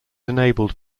enabled